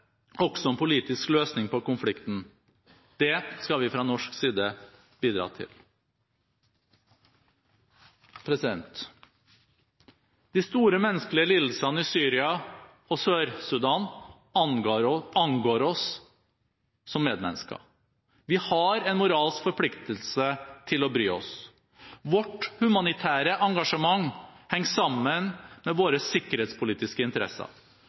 også en politisk løsning på konflikten. Det skal vi fra norsk side bidra til. De store menneskelige lidelsene i Syria og Sør-Sudan angår oss som medmennesker. Vi har en moralsk forpliktelse til å bry oss. Vårt humanitære engasjement henger sammen med våre sikkerhetspolitiske interesser.